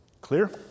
Clear